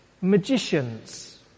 magicians